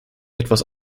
etwas